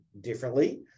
differently